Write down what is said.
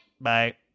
Bye